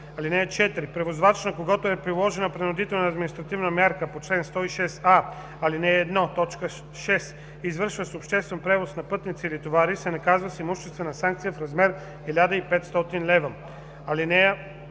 лева. (4) Превозвач, на когото е приложена принудителна административна мярка по чл. 106а, ал. 1, т. 6, извършващ обществен превоз на пътници или товари, се наказва с имуществена санкция в размер 1500 лв. (5)